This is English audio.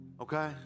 Okay